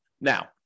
Now